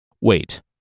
Wait